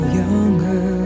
younger